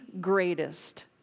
greatest